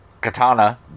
katana